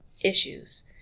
issues